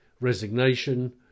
resignation